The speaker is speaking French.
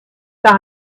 par